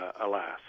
alas